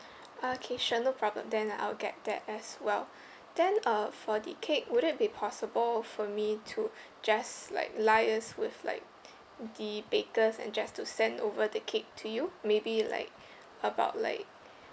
okay sure no problem then I'll get that as well then uh for the cake would it be possible for me to just like liaise with like the bakers and just to send over the cake to you maybe like about like